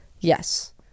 yes